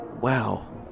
Wow